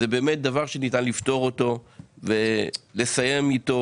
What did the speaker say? זה באמת דבר שניתן לפתור אותו ולסיים איתו,